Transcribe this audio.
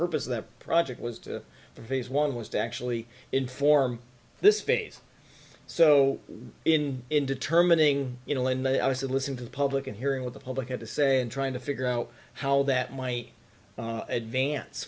purpose of the project was to phase one was to actually inform this phase so in in determining you know when they i was listening to the public and hearing what the public had to say and trying to figure out how that might advance